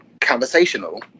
conversational